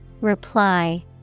Reply